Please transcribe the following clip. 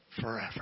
forever